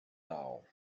now